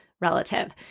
relative